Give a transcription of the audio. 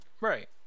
Right